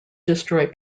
destroy